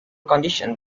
condition